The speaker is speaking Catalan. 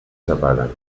separen